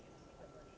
okay